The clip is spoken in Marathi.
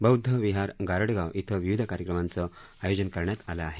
बौद्ध विहार गारडगाव इथं विविध कार्यक्रमांचं आयोजन करण्यात आलं आहे